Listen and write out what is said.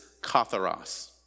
katharos